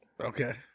Okay